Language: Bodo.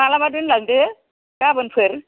मालाबा दोनलांदो गाबोनफोर